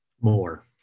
More